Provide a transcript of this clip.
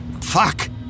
Fuck